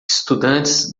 estudantes